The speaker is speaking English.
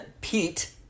Pete